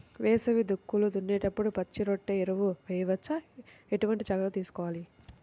వేసవి దుక్కులు దున్నేప్పుడు పచ్చిరొట్ట ఎరువు వేయవచ్చా? ఎటువంటి జాగ్రత్తలు తీసుకోవాలి?